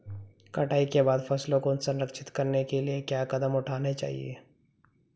कटाई के बाद फसलों को संरक्षित करने के लिए क्या कदम उठाने चाहिए?